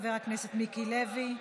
חבר הכנסת מיקי לוי,